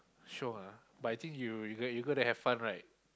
sure ah but I think you you you gonna have fun right